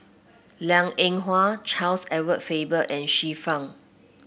Liang Eng Hwa Charles Edward Faber and Xiu Fang